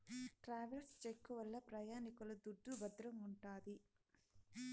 travels cheque వల్ల ప్రయాణికుల దుడ్డు భద్రంగుంటాది